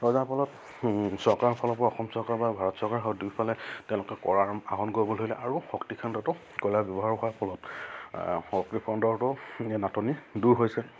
ফলত চৰকাৰৰফালৰপৰা অসম চৰকাৰ বা ভাৰত চৰকাৰৰ দুইফালে তেওঁলোকে কৰাৰ আহৰণ কৰিবলৈ হ'লে আৰু শক্তি খণ্ডটো কয়লা ব্যৱহাৰ হোৱাৰ ফলত শক্তি খণ্ডটো এই নাটনি দূৰ হৈছে